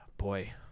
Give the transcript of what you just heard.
Boy